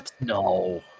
No